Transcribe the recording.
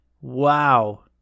Wow